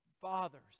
fathers